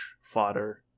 fodder